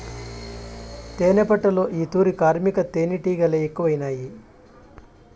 తేనెపట్టులో ఈ తూరి కార్మిక తేనీటిగలె ఎక్కువైనాయి